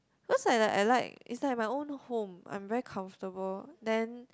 cause I like I like is like my own home I'm very comfortable then